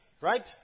Right